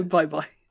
Bye-bye